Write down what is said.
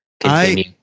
continue